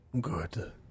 Good